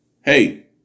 Hey